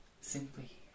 simply